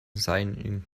signing